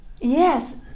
Yes